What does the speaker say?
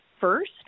first